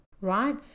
right